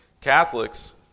Catholics